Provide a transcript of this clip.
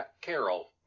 Carol